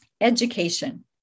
Education